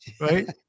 Right